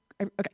Okay